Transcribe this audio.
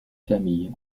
familles